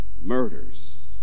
murders